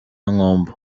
nkombo